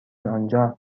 آنجا